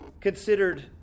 considered